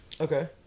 Okay